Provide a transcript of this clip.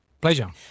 Pleasure